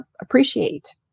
appreciate